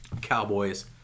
Cowboys